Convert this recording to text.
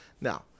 Now